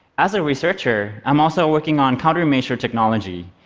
as a researcher, i'm also working on countermeasure technology,